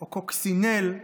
או "קוקסינל"